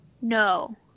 No